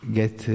get